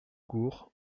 gourd